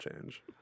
change